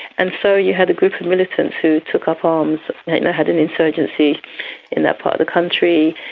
and so you had a group of militants who took up arms and had an insurgency in that part of the country.